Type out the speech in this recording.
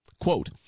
Quote